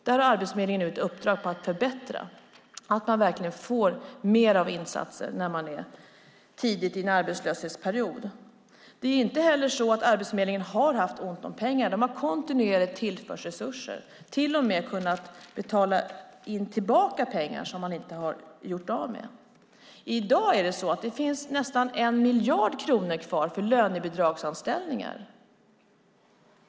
Detta har Arbetsförmedlingen nu i uppdrag att förbättra så att man verkligen får mer av insatser tidigt i en arbetslöshetsperiod. Det är inte heller så att Arbetsförmedlingen har haft ont om pengar. De har kontinuerligt tillförts resurser och till och med kunnat betala tillbaka pengar som man inte har gjort av med. I dag finns det nästan 1 miljard kronor kvar för lönebidragsanställningar.